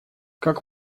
как